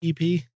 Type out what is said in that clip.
EP